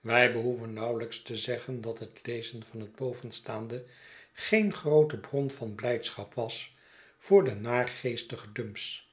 wij behoeven nauwelijks te zeggen dat het lezen van het bovenstaande geen groote bron van blijdschap was voor den naargeestigen dumps